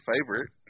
favorite